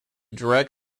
direct